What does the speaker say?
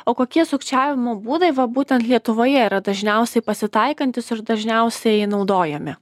o kokie sukčiavimo būdai va būtent lietuvoje yra dažniausiai pasitaikantys ir dažniausiai naudojami